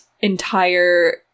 entire